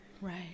Right